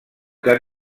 que